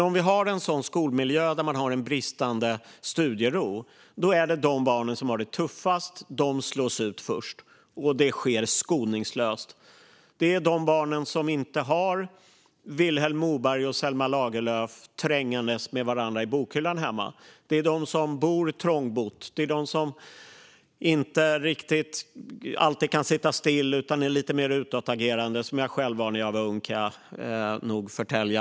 Om vi har en sådan skolmiljö, med en bristande studiero, är det de barn som har det tuffast som slås ut först. Och det sker skoningslöst. Det är de barn som inte har Vilhelm Moberg och Selma Lagerlöf trängandes med varandra i bokhyllan hemma. Det är de som bor trångt, och det är de som inte riktigt alltid kan sitta still utan som är lite mer utåtagerande - som jag själv var när jag var ung, kan jag förtälja.